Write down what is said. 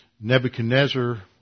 Nebuchadnezzar